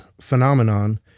phenomenon